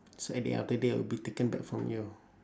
so at the end of the day it will be taken back from you